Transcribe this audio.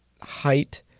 height